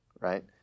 right